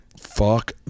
fuck